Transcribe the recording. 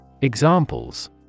Examples